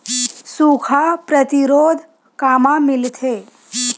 सुखा प्रतिरोध कामा मिलथे?